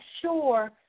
sure